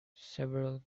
several